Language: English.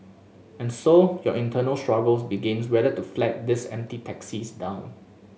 and so your internal struggles begins whether to flag these empty taxis down